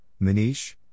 Manish